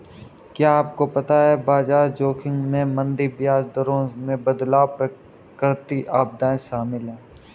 क्या आपको पता है बाजार जोखिम में मंदी, ब्याज दरों में बदलाव, प्राकृतिक आपदाएं शामिल हैं?